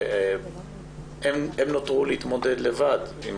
והם נותרו להתמודד לבד עם